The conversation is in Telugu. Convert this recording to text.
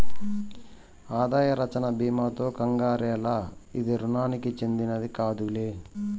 ఆదాయ రచ్చన బీమాతో కంగారేల, ఇది రుణానికి చెందినది కాదులే